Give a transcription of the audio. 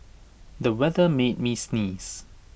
the weather made me sneeze